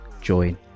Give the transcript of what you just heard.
join